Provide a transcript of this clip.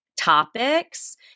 topics